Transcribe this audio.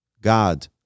God